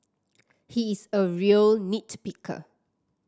he is a real nit picker